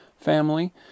family